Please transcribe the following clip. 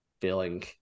feeling